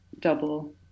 double